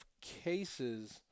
cases